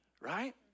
right